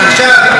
השר קרא,